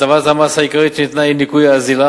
הטבת המס העיקרית שניתנה היא ניכוי האזילה,